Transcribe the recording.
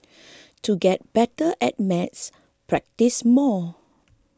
to get better at maths practise more